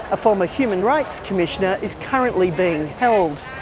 a former human rights commissioner, is currently being held.